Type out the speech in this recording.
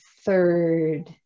third